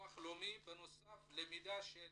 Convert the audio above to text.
וביטוח לאומי בנוסף למידע של